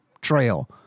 trail